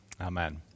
Amen